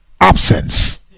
absence